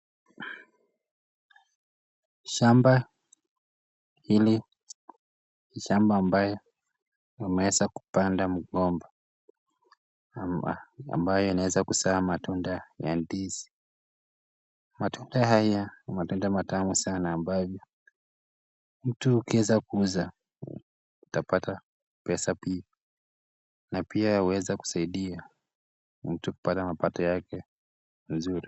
Shamba hili ni shamba ambayo imemeweza kupandwa mgomba ambao unaweza kuzaa matunda ya ndizi , matunda haya ni matunda matamu sana ambayo mtu ukiweza kuuza utapata pesa na pia unaweza kusaidia mtu apate mapato yake mzuri.